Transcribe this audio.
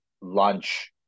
lunch